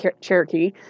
Cherokee